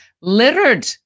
littered